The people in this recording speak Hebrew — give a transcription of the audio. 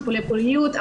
טיפולי פוריות,